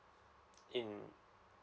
in